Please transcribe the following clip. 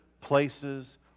places